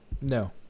No